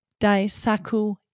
Daisaku